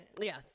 Yes